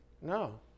No